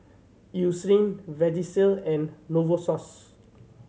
Eucerin Vagisil and Novosource